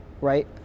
right